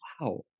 wow